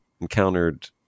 encountered